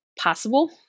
possible